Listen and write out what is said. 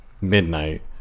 midnight